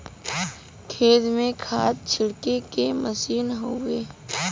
खेत में खाद छिड़के के मसीन हउवे